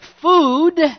food